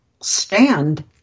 stand